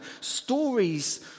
stories